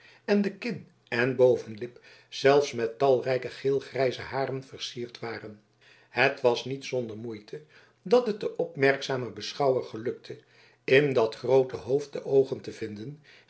en de kin en bovenlip zelfs met talrijke geelgrijze haren versierd waren het was niet zonder moeite dat het den opmerkzamen beschouwer gelukte in dat groote hoofd de oogen te vinden